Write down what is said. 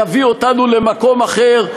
יביא אותנו למקום אחר.